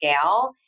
scale